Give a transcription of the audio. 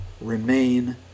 remain